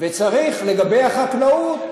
וצריך לגבי החקלאות.